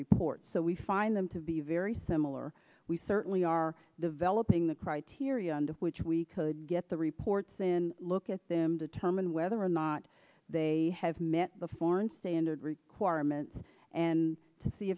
reports so we find them to be very similar we certainly are developing the criteria under which we could get the reports in look at them determine whether or not they have met the foreign standard requirements and to see